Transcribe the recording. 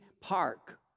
park